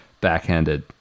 backhanded